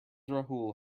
rahul